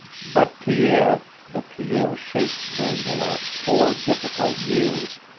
but pierre, the pierre shaped during the last four difficult years,